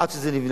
עד שזה נבנה.